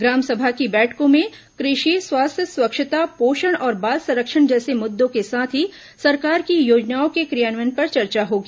ग्राम सभा की बैठकों में कृषि स्वास्थ्य स्वच्छता पोषण और बाल संरक्षण जैसे मुद्दों के साथ ही सरकार की योजनाओं के क्रियान्वयन पर चर्चा होगी